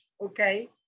Okay